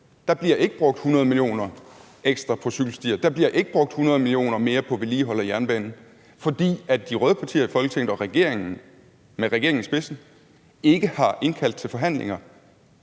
Der bliver ikke brugt 100 mio. kr. ekstra på cykelstier, og der bliver ikke brugt 100 mio. kr. mere på vedligehold af jernbanen, fordi de røde partier i Folketinget og regeringen – med regeringen i spidsen – ikke har indkaldt til forhandlinger.